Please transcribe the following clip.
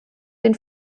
den